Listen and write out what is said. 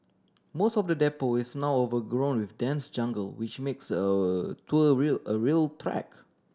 most of the depot is now overgrown with dense jungle which makes tour real a real trek